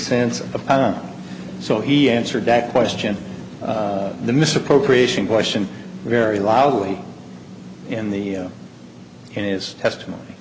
cents a pound so he answered that question the misappropriation question very loudly in the in his testimony